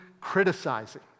criticizing